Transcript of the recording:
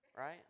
right